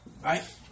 Right